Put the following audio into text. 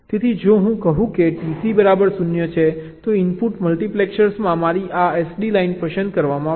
તેથી જો હું કહું કે TC બરાબર 0 છે તો ઇનપુટ મલ્ટિપ્લેક્સરમાં મારી આ SD લાઇન પસંદ કરવામાં આવશે